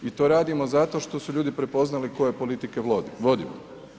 I to radimo zato što su ljudi prepoznali koje politike vodimo.